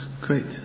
great